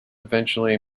eventually